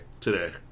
Today